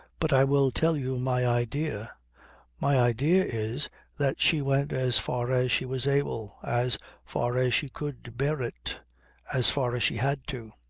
but i will tell you my idea my idea is that she went as far as she was able as far as she could bear it as far as she had to.